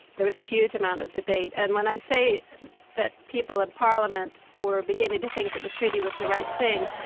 there was a huge amount of debate, and when i say that people of parliament were beginning to think that the treaty was the right thing,